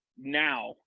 now